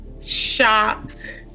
shocked